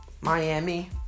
Miami